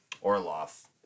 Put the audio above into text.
Orloff